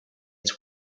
its